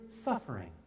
suffering